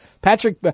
Patrick